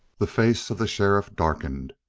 the face of the sheriff darkened.